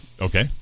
Okay